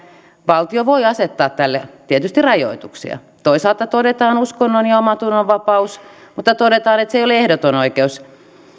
valtio voi asettaa tälle tietysti rajoituksia toisaalta todetaan uskonnon ja omantunnonvapaus mutta toisaalta todetaan että se ei ole ehdoton oikeus